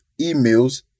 emails